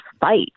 fight